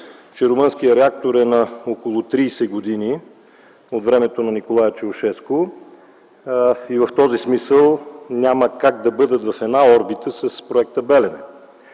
че румънския реактор е на около 30 години от времето на Николае Чаушеску и в този смисъл няма как да бъдат в една орбита с Проекта „Белене”.